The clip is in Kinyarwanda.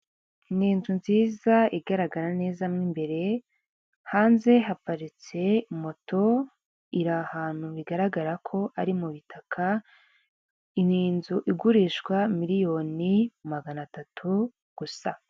Ni inzu nziza igaragara neza mo imbere, hanze haparitse moto iri ahantu bigaragara ko ari mu bitaka, n'inzu igurishwa miliyoni magana atatu gusa.